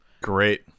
Great